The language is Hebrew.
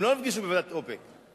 הם לא נפגשו בוועידת איפא"ק,